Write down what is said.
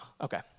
Okay